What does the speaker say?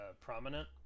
prominent